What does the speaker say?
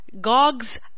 Gog's